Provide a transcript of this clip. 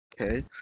okay